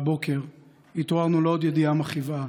הבוקר התעוררנו לעוד ידיעה מכאיבה,